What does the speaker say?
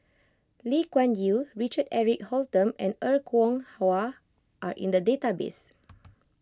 Lee Kuan Yew Richard Eric Holttum and Er Kwong Wah are in the database